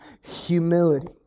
humility